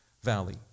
valley